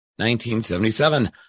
1977